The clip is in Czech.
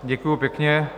Děkuji pěkně.